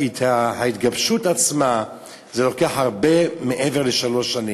ההתגבשות עצמה, זה לוקח הרבה מעבר לשלוש שנים,